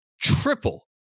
triple